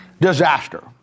Disaster